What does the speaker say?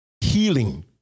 Healing